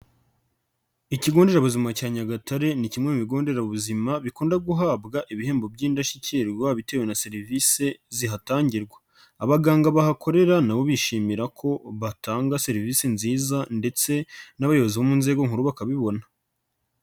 Ikigo nderabuzima cya Nyagatare ni kimwe mu bigo nderabuzima bikunda guhabwa ibihembo by'indashyikirwa bitewe na serivisi zihatangirwa, abaganga bahakorera na bo bishimira ko batanga serivisi nziza ndetse n'abayobozi bo mu nzego nkuru bakabibona.